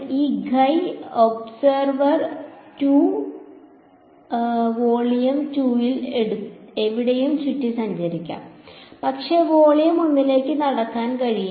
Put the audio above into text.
ഈ guy observer 2 ന് volume 2 ൽ എവിടെയും ചുറ്റി സഞ്ചരിക്കാം പക്ഷേ വോളിയം 1 ലേക്ക് നടക്കാൻ കഴിയില്ല